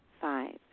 Five